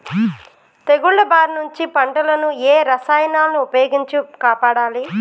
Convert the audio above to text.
తెగుళ్ల బారి నుంచి పంటలను ఏ రసాయనాలను ఉపయోగించి కాపాడాలి?